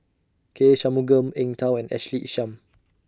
K Shanmugam Eng Tow and Ashley Isham